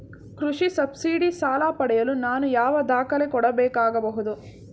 ಕೃಷಿ ಸಬ್ಸಿಡಿ ಸಾಲ ಪಡೆಯಲು ನಾನು ಯಾವ ದಾಖಲೆ ಕೊಡಬೇಕಾಗಬಹುದು?